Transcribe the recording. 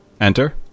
enter